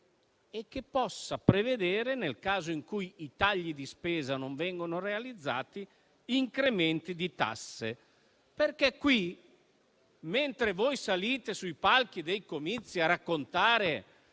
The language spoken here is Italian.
e che possa prevedere, nel caso in cui i tagli di spesa non vengano realizzati, incrementi di tasse. Questo perché mentre voi salite sui palchi dei comizi a raccontare